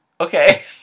okay